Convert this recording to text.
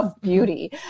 beauty